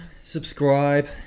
subscribe